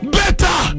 better